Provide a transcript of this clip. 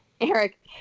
Eric